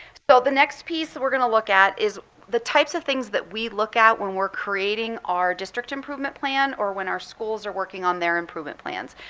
so the next piece that we're going to look at is the types of things that we look at when we're creating our district improvement plan, or when our schools are working on their improvement plans.